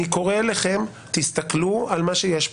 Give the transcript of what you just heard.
אני קורא לכם, תסתכלו על מה שיש פה.